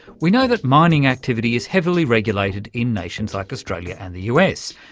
we know that mining activity is heavily regulated in nations like australia and the us,